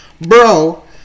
Bro